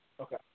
Okay